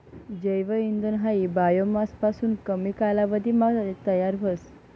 जैव इंधन हायी बायोमास पासून कमी कालावधीमा तयार व्हस